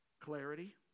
clarity